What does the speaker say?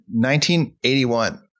1981